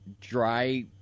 dry